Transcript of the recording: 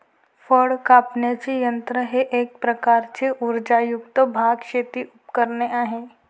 फळ कापण्याचे यंत्र हे एक प्रकारचे उर्जायुक्त बाग, शेती उपकरणे आहे